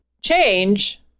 change